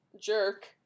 Jerk